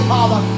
Father